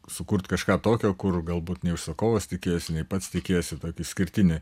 sukurti kažką tokio kur galbūt nei užsakovas tikėjosi nei pats tikėjosi tokį išskirtinį